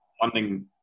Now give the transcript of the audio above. Funding